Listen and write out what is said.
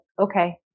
okay